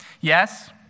Yes